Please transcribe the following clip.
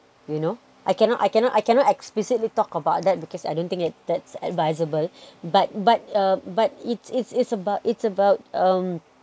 you know I cannot I cannot I cannot explicitly talk about that because I don't think that's advisable but but uh but it's it's it's about it's about um